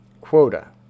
Quota